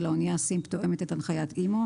האנייה (SEEMP) תואמת את הנחיות אימ"ו